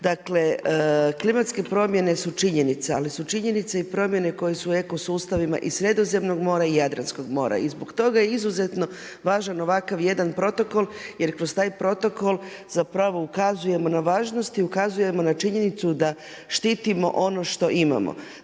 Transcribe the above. Dakle klimatske promjene su činjenica, ali su činjenice i promjene koje su u eko sustavima i Sredozemnog mora i Jadranskog mora i zbog toga je izuzetno važan ovakav jedan protokol jer kroz taj protokol ukazujemo na važnosti, ukazujemo na činjenicu da štitimo ono što imamo.